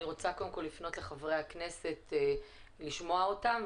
אני רוצה קודם כל לפנות לחברי הכנסת ולשמוע אותם,